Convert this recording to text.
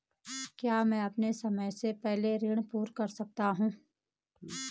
क्या मैं समय से पहले भी अपना ऋण पूरा कर सकता हूँ?